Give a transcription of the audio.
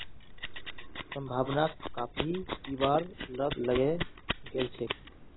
संभावनाक काफी पीबार लत लगे गेल छेक